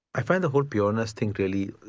i find the whole pureness thing really.